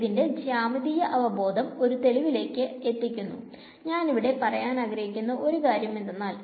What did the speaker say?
ഇതിന്റെ ജ്യാമീതീയ അവബോധം ഒരു തെളിവിലേക്ക് എത്തിക്കുന്നു ഞാൻ ഇവിടെ പറയാൻ ആഗ്രഹിക്കുന്ന ഒരു കാര്യം എന്തെന്നാൽ